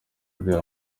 uriya